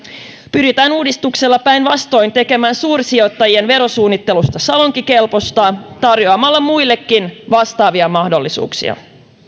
pyritään uudistuksella päinvastoin tekemään suursijoittajien verosuunnittelusta salonkikelpoista tarjoamalla muillekin vastaavia mahdollisuuksia